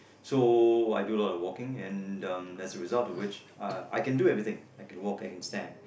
so I do a lot walking and um as a result of which I can do everything I can walk I can stand